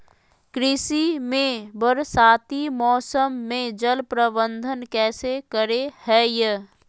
कृषि में बरसाती मौसम में जल प्रबंधन कैसे करे हैय?